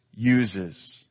uses